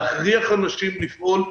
להכריח אנשים לפעול,